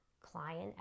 client